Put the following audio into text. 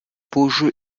beaujeu